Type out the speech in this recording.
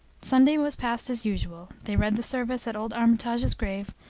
sunday was passed as usual they read the service at old armitage's grave,